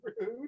rude